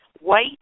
white